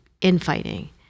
infighting